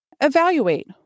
Evaluate